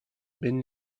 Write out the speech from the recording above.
ben